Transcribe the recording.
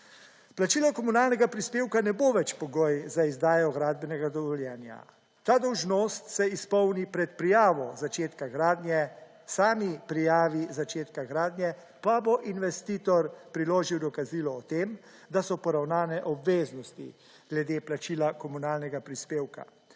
Plačilo komunalnega prispevka ne bo več pogoj za izdajo gradbenega dovoljenja. Ta dolžnost se izpolni pred prijavo začetka gradnje sami prijavi začetka gradnje pa bo investitor priložil dokazilo o tem, da so poravnane obveznosti glede plačila komunalnega prispevka.